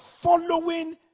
following